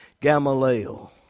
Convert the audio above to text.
Gamaliel